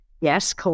yes